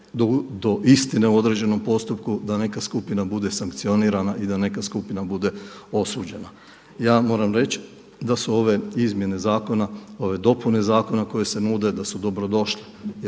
do istine u određenom postupku, da neka skupina bude sankcionirana i da neka skupina bude osuđena. Ja moram reći da su ove izmjene zakona, ove dopune zakona koje se nude da su dobrodošle